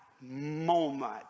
moment